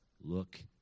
look